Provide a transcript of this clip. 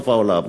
סוף העולם.